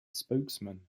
spokesman